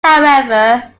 however